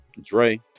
Dre